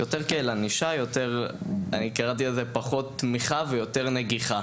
אני קראתי לזה: "פחות תמיכה ויותר נגיחה".